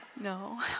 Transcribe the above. no